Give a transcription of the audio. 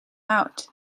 out